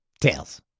Tails